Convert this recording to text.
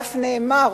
ואף נאמר: